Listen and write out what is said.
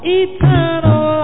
eternal